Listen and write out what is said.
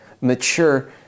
mature